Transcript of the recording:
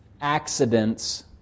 accidents